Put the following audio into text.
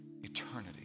eternity